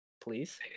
Please